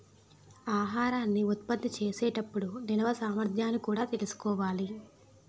ఆహారాన్ని ఉత్పత్తి చేసే టప్పుడు నిల్వ సామర్థ్యాన్ని కూడా తెలుసుకోవాలి